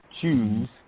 choose